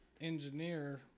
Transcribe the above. engineer